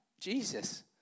Jesus